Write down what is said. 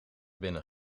binnen